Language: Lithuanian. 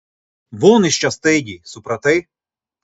von iš čia staigiai supratai